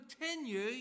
continue